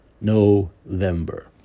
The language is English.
November